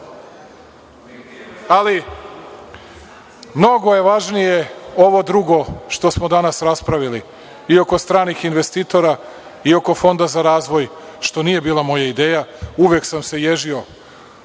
mnogo je važnije ovo drugo što smo danas raspravljali i oko stranih investitora i oko Fonda za razvoj, što nije bila moja ideja uvek sam se ježio